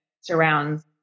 surrounds